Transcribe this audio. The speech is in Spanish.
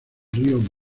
río